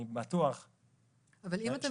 אתה